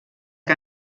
que